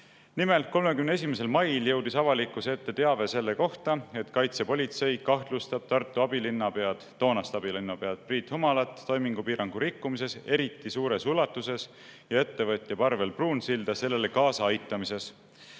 Nimelt, 31. mail jõudis avalikkuse ette teave selle kohta, et kaitsepolitsei kahtlustab Tartu abilinnapead – toonast abilinnapead – Priit Humalat toimingupiirangu rikkumises eriti suures ulatuses ja ettevõtjat Parvel Pruunsilda sellele kaasaaitamises.